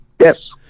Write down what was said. yes